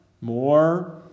more